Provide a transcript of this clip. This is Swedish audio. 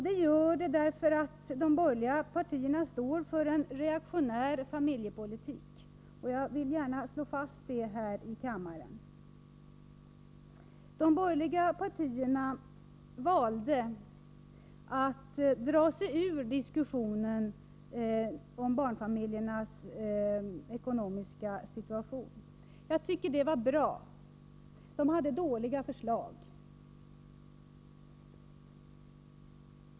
Det gör de därför att de borgerliga partierna står för en reaktionär familjepolitik — jag vill gärna slå fast det här i kammaren. De borgerliga partierna valde att dra sig ur diskussionen om barnfamiljernas ekonomiska situation. Jag tycker det var bra. De hade dåliga förslag.